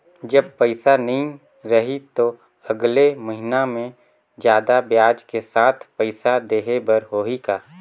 जब पइसा नहीं रही तो अगले महीना मे जादा ब्याज के साथ पइसा देहे बर होहि का?